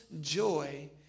joy